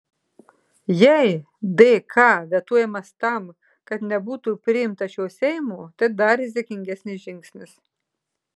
jei dk vetuojamas tam kad nebūtų priimtas šio seimo tai dar rizikingesnis žingsnis